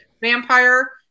Vampire